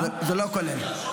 לא, זה לא כולל, זה לא כולל.